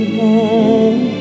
home